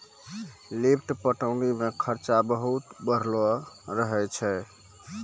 lift पटौनी मे खरचा बहुत बढ़लो रहै छै